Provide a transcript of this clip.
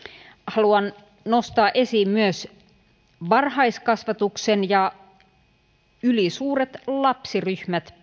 haluan nostaa esiin myös varhaiskasvatuksen ja päiväkotien ylisuuret lapsiryhmät